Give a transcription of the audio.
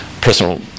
personal